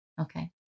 Okay